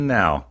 now